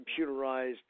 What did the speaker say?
computerized